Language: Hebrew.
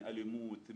אלימות,